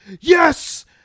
yes